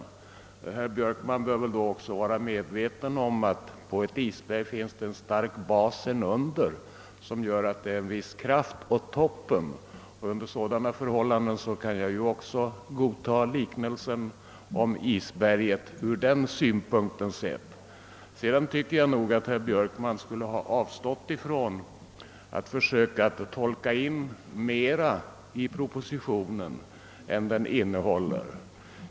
Men herr Björkman bör väl då vara medveten om att på ett isberg finns det en stark bas, som ger en viss styrka även åt toppen. Under sådana förhållanden kan jag godtaga liknelsen om isberget ur den synpunkten sett. Sedan tycker jag att herr Björkman skulle ha avstått från att försöka tolka in mera i propositionen än den innehåller.